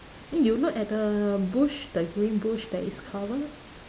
eh you look at the bush the green bush that is covered